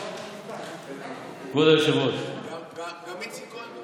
כבוד היושב-ראש, גם איציק כהן,